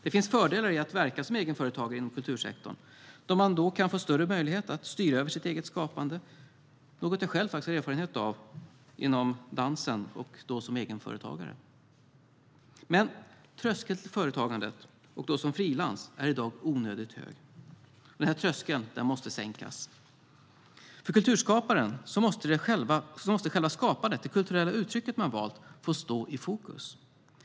Det finns fördelar i att verka som egen företagare inom kultursektorn då man får större möjlighet att styra över sitt eget skapande. Det är något jag själv har erfarenhet av som egenföretagare inom dans. Tröskeln till företagande som frilans är i dag onödigt hög. Denna tröskel måste sänkas. För kulturskaparen måste själva skapandet, det kulturella uttryck man valt, få stå i fokus.